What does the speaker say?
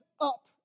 up